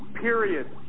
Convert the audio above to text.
period